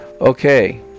Okay